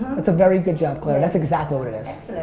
that's a very good job, clare. that's exactly what it is.